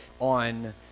on